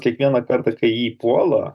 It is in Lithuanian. kiekvieną kartą kai jį puola